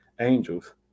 angels